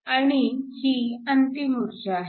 आणि ही अंतिम ऊर्जा आहे